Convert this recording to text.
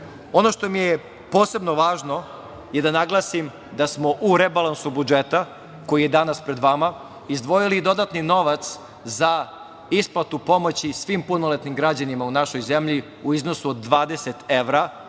što mi je posebno važno je da naglasim da smo u rebalansu budžeta koji je danas pred vama izdvojili i dodatni novac za isplatu pomoći svim punoletnim građanima u našoj zemlji u iznosu od 20 evra